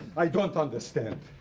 i don't understand.